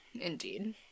indeed